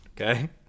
Okay